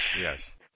Yes